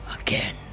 again